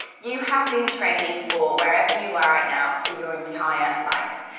you have been training for wherever you are right now for your entire life.